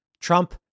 Trump